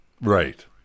Right